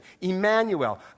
Emmanuel